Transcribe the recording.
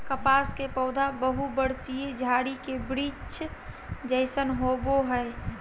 कपास के पौधा बहुवर्षीय झारी के वृक्ष जैसन होबो हइ